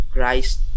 Christ